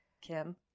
Kim